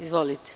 Izvolite.